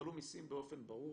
תעלו מסים באופן ברור.